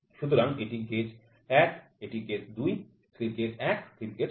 সুতরাং এটি গেজ ১ এটি gauge ২ slip gauge ১ slip gauge ২